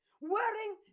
wearing